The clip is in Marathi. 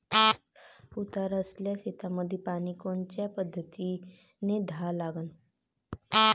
उतार असलेल्या शेतामंदी पानी कोनच्या पद्धतीने द्या लागन?